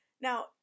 Now